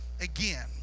again